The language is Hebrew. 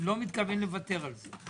לא מתכוון לותר על זה.